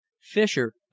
Fisher